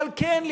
אבל כן,